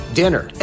dinner